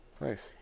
nice